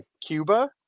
Cuba